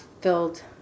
filled